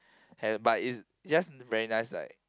have but it's just very nice like